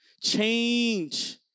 Change